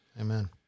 Amen